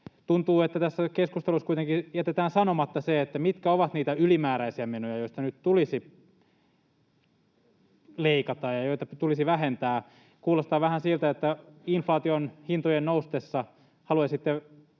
Tuntuu, että tässä keskustelussa kuitenkin jätetään sanomatta se, mitkä ovat niitä ylimääräisiä menoja, joista nyt tulisi leikata ja joita tulisi vähentää. Kuulostaa vähän siltä, että inflaation ja hintojen noustessa haluaisitte